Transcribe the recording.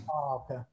Okay